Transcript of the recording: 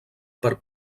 per